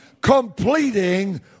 completing